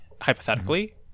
hypothetically